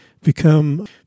become